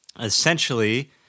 essentially